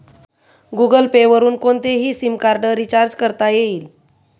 Google Pay वरुन कोणतेही SIM card recharge करता येईल